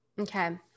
Okay